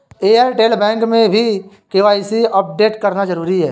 Airtel bank में भी KYC update करना जरूरी है